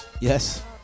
Yes